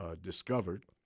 discovered